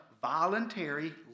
voluntary